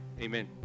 Amen